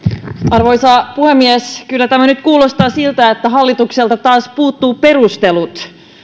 arvoisa puhemies kyllä tämä nyt kuulostaa siltä että hallitukselta taas puuttuvat perustelut